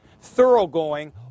Thoroughgoing